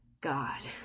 god